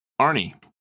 Arnie